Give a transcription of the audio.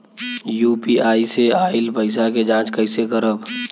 UPI से आइल पईसा के जाँच कइसे करब?